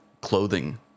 clothing